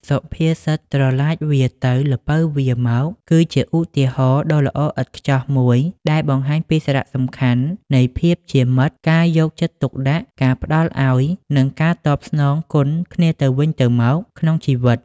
សុភាសិត "ត្រឡាចវារទៅ ល្ពៅវារមក" គឺជាឧទាហរណ៍ដ៏ល្អឥតខ្ចោះមួយដែលបង្ហាញពីសារៈសំខាន់នៃភាពជាមិត្ត ការយកចិត្តទុកដាក់ ការផ្តល់ឲ្យ និងការតបស្នងគុណគ្នាទៅវិញទៅមកក្នុងជីវិត។